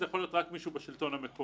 זה יכול להיות רק מישהו בשלטון המקומי,